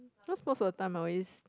cause most of the time I'll use